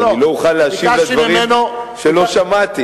אז אני לא אוכל להשיב על דברים שלא שמעתי.